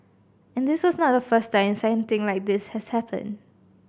and this was not the first time something like this has happened